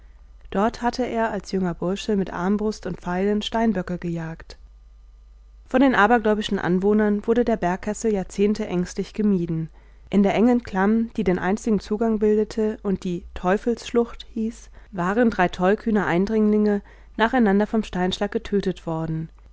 dort hatte er als junger bursch mit armbrust und pfeilen steinböcke gejagt von den abergläubischen anwohnern wurde der bergkessel jahrzehnte ängstlich gemieden in der engen klamm die den einzigen zugang bildete und die teufelsschlucht hieß waren drei tollkühne eindringlinge nacheinander vom steinschlag getötet worden